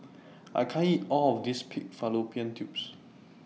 I can't eat All of This Pig Fallopian Tubes